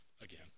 Again